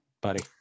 buddy